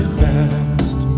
fast